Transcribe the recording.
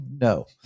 no